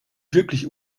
wirklich